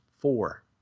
four